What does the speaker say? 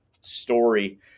story